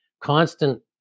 constant